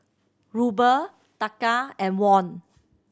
Ruble Taka and Won